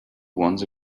once